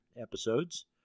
episodes